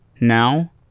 now